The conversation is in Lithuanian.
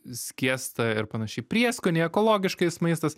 skiesta ir panašiai prieskoniai ekologiškais maistas